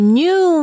new